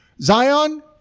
Zion